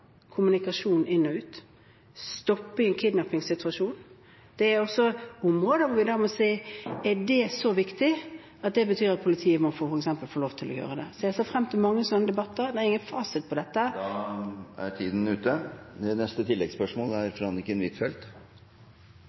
stoppe kommunikasjonen i en kidnappingssituasjon. Dette er områder hvor vi må se på om dette er så viktig at det betyr at politiet f.eks. må få lov til å gjøre det. Så jeg ser frem til mange slike debatter, det er ingen fasit på dette. Tiden er ute.